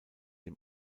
dem